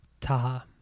Taha